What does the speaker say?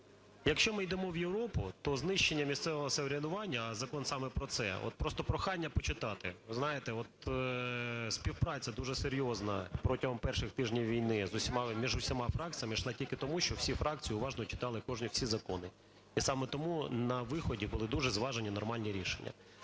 якщо ми йдемо у Європу, то знищення місцевого самоврядування, а закон саме про це, от просто прохання почитати. Ви знаєте, співпраця дуже серйозна протягом перших тижнів війни між всіма фракціями йшла тільки тому, що всі фракції уважно читали всі закони, і саме тому на виході були дуже зважені нормальні рішення.